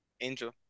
Angel